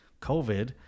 COVID